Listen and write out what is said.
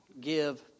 give